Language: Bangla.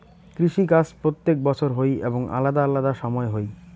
কৃষি কাজ প্রত্যেক বছর হই এবং আলাদা আলাদা সময় হই